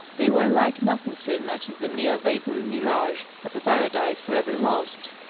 they were like nothing so much as the mere vapory mirage of a paradise for ever lost!